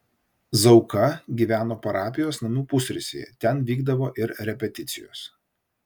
zauka gyveno parapijos namų pusrūsyje ten vykdavo ir repeticijos